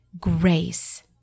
grace